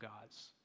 gods